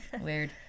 Weird